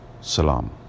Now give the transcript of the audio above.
salam